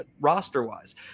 roster-wise